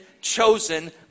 chosen